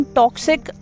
toxic